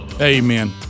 Amen